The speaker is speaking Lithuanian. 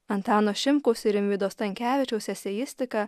antano šimkaus ir rimvydo stankevičiaus eseistiką